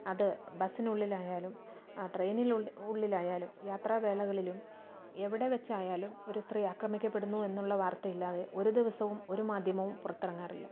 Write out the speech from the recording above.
അത് ബസ്സിനുള്ളിലായാലും ആ ട്രെയിനിനുള്ളി ഉള്ളിലായാലും യാത്രാ വേളകളിലും എവിടെ വെച്ചായാലും ഒരു സ്ത്രീ ആക്രമിക്കപ്പെടുന്നു എന്നുള്ള വാർത്ത ഇല്ലാതെ ഒരു ദിവസവും ഒരു മാധ്യമവും പുറത്തിറങ്ങാറില്ല